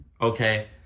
Okay